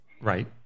Right